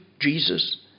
Jesus